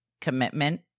commitment